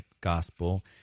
Gospel